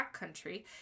backcountry